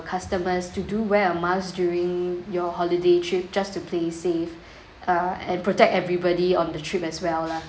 customers to do wear a mask during your holiday trip just to play safe uh and protect everybody on the trip as well lah